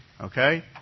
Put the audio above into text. Okay